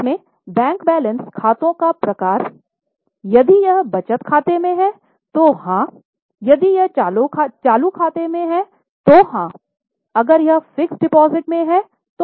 जिसमें bank balance खातों का प्रकार यदि यह बचत खाते में है तो हां यदि यह चालू खाते में है तो हाँ अगर यह फिक्स्ड डिपाजिट में है तो नहीं